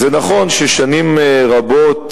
זה נכון ששנים רבות,